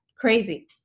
Crazy